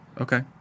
Okay